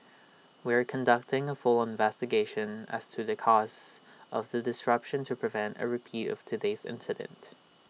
we are conducting A full investigation as to the cause of the disruption to prevent A repeat of today's incident